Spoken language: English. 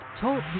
Talk